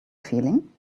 feeling